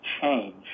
change